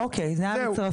אוקיי, זה המצרפי.